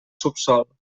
subsòl